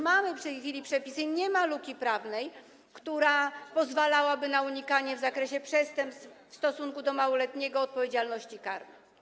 Mamy w tej chwili przepisy, nie ma luki prawnej, która pozwalałaby na unikanie w zakresie przestępstw w stosunku do małoletniego odpowiedzialności karnej.